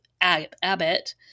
Abbott